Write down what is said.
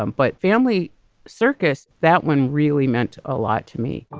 um but family circus, that one really meant a lot to me